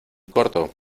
corto